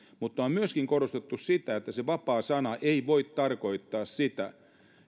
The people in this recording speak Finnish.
mutta on myöskin korostettu sitä että se vapaa sana ei voi tarkoittaa sitä